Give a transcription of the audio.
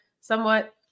somewhat